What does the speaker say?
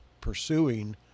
pursuing